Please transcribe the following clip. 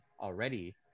already